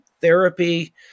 therapy